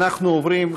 אנחנו עוברים,